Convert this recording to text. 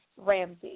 Ramsey